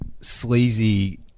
sleazy